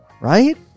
Right